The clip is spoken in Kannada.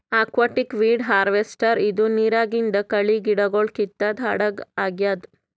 ಅಕ್ವಾಟಿಕ್ ವೀಡ್ ಹಾರ್ವೆಸ್ಟರ್ ಇದು ನಿರಾಗಿಂದ್ ಕಳಿ ಗಿಡಗೊಳ್ ಕಿತ್ತದ್ ಹಡಗ್ ಆಗ್ಯಾದ್